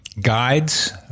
guides